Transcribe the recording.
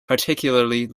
particularly